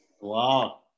Wow